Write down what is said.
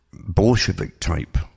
Bolshevik-type